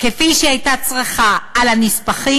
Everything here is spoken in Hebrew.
כפי שהיא הייתה צריכה, הנספחים,